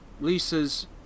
Lisa's